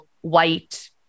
white